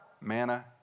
manna